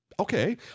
Okay